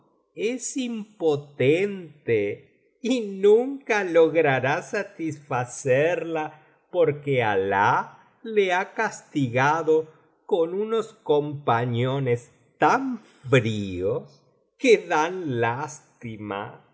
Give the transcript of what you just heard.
es impotente y nunca logrará satisfacerla porque alah le ha castigado con unos compañones tan fríos que clan lástima